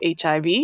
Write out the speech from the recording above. HIV